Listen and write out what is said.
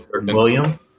William